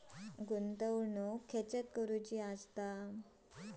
गुंतवणुक खेतुर करूची?